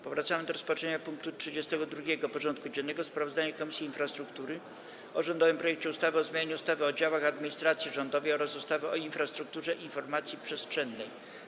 Powracamy do rozpatrzenia punktu 32. porządku dziennego: Sprawozdanie Komisji Infrastruktury o rządowym projekcie ustawy o zmianie ustawy o działach administracji rządowej oraz ustawy o infrastrukturze informacji przestrzennej.